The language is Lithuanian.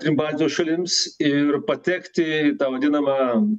trim baltijos šalims ir patekti į tą vadinamą